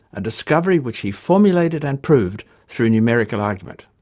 a discovery which he formulated and proved through numerical argument.